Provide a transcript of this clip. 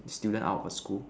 student out of a school